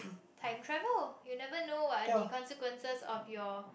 time travel you never know what the consequences of your